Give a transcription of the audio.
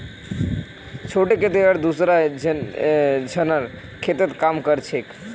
छोटे खेतिहर दूसरा झनार खेतत काम कर छेक